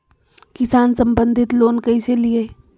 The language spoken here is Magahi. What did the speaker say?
किसान संबंधित लोन कैसै लिये?